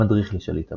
המדריך לשליט המבוך,